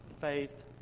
faith